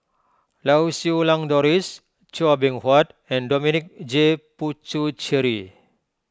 Lau Siew Lang Doris Chua Beng Huat and Dominic J Puthucheary